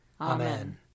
Amen